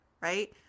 right